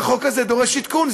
והחוק הזה דורש עדכון,